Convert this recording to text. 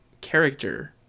character